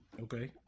Okay